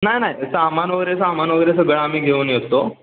नाही नाही सामान वगैरे सामान वगैरे सगळं आम्ही घेऊन येतो